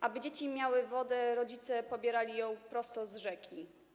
Aby dzieci miały wodę, rodzice pobierali ją prosto z rzeki.